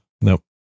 Nope